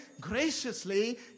graciously